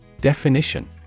Definition